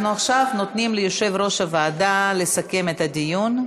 אנחנו עכשיו נותנים ליושב-ראש הוועדה לסכם את הדיון.